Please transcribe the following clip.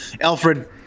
Alfred